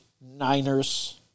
Niners